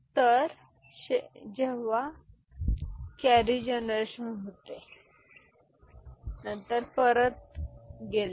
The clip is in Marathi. तर जेव्हा कॅरी जनरेशन होते नंतर परत गेल्यास